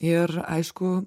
ir aišku